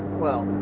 well,